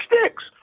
sticks